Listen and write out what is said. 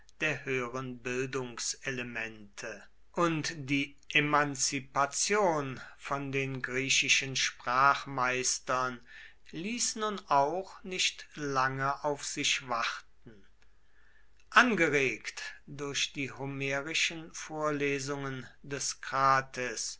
der höheren bildungselemente und die emanzipation von den griechischen sprachmeistern ließ nun auch nicht lange auf sich warten angeregt durch die homerischen vorlesungen des krates